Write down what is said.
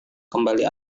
kembali